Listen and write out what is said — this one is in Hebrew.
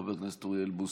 חבר הכנסת אוריאל בוסו,